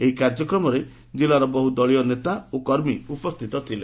ଏହି କାର୍ଯ୍ୟକ୍ରମରେ ଜିଲ୍ଲାର ବହୁ ଦଳୀୟ ନେତା ଓ କର୍ମୀ ଉପସ୍ଥିତ ଥିଲେ